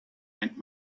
and